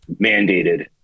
mandated